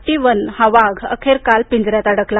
T बन हा वाघ अखेर काल पिंजऱ्यात अडकला